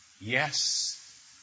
Yes